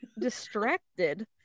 Distracted